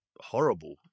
horrible